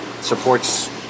supports